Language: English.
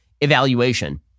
evaluation